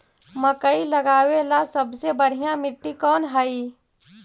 मकई लगावेला सबसे बढ़िया मिट्टी कौन हैइ?